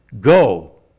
Go